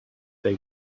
they